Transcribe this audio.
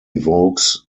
evokes